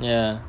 mm ya